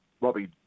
Robbie